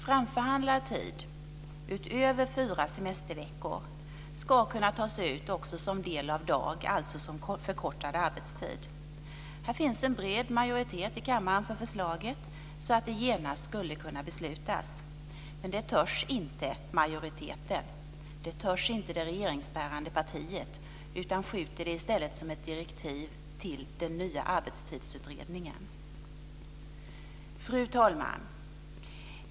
Framförhandlad tid, utöver fyra semesterveckor, ska kunna tas ut också som del av dag, alltså som förkortad arbetstid. Det finns en bred majoritet i kammaren för förslaget, så det skulle kunna beslutas genast. Men det törs inte majoriteten. Det törs inte det regeringsbärande partiet utan skjuter i stället över det som ett direktiv till den nya arbetstidsutredningen. Fru talman!